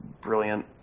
brilliant